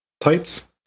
Tights